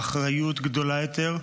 באחריות גדולה יותר,